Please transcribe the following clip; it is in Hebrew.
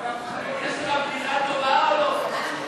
יש לך בדיחה טובה או לא?